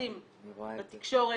משמיצים בתקשורת.